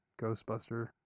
Ghostbuster